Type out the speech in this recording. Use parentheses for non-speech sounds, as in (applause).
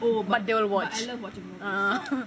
but they will watch ah (laughs)